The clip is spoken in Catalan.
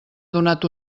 donat